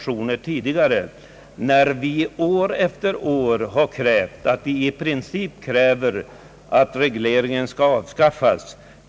I övrigt har vi år efter år krävt, att regleringen i princip skall avskaffas.